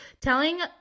telling